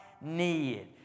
need